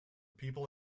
people